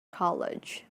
college